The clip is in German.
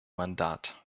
mandat